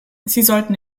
sollten